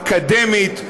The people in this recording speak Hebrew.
אקדמית,